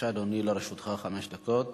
לרשותך חמש דקות.